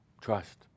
trust